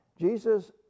Jesus